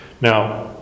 now